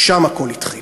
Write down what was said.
שם הכול התחיל.